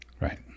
Right